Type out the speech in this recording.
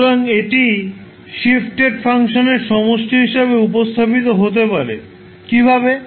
সুতরাং এটি শিফটেড ফাংশানের সমষ্টি হিসাবে উপস্থাপিত হতে পারে কীভাবে